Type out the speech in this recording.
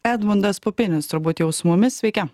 edmundas pupinis turbūt jau su mumis sveiki